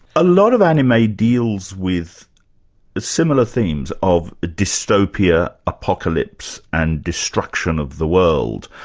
a lot of anime deals with similar themes of dystopia, apocalypse and destruction of the world.